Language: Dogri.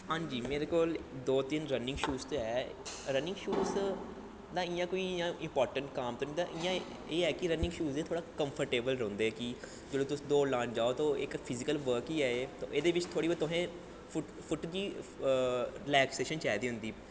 हां जी मेरे कोल दो त्रै रनिंग शूज़ ते हैन रनिंग शूज़ दा कोई इ'यां इपार्टैंट कम्म ते निं पर इ'यां एह् ऐ कि रनिंग शूज़ थोह्ड़े कंफ्टेवल रौंह्दे कि जिसलै तुस दौड़ लान जाओ ते फिजिकल बर्क ही ऐ एह् ते एह्दे बिच्च थोह्ड़ी बौह्त तुसें फुट गी रिलैक्सेशन चाहिदी होंदी